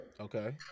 Okay